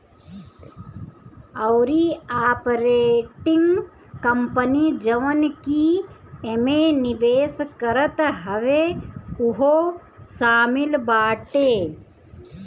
अउरी operating company जवन की एमे निवेश करत हवे उहो शामिल बाटे